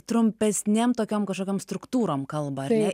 trumpesnėm tokiom kažkokiom struktūrom kalba ar ne